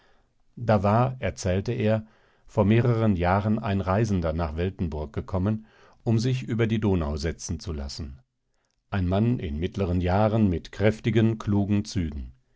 da war erzählte er vor mehreren jahren ein reisender nach weltenburg gekommen um sich über die donau setzen zu lassen ein mann in mittleren jahren mit kräftigen klugen zügen